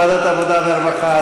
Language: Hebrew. לוועדה של העבודה והרווחה.